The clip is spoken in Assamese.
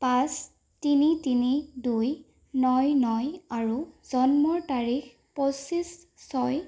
পাঁচ তিনি তিনি দুই ন ন আৰু জন্মৰ তাৰিখ পঁচিছ ছয়